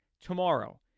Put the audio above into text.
tomorrow